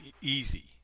easy